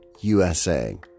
USA